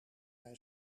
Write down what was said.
hij